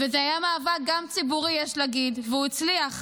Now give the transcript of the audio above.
זה היה מאבק גם ציבורי, יש להגיד, והוא הצליח.